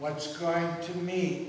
what's going to me